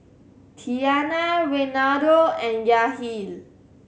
Tiana Reinaldo and Yahir